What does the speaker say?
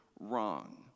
wrong